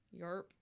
Yarp